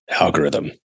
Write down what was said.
algorithm